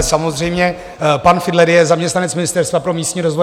Samozřejmě pan Fiedler je zaměstnanec Ministerstva pro místní rozvoj.